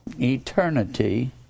Eternity